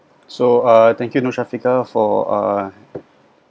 so uh thank you to shafika for uh